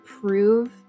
prove